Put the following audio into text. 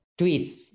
tweets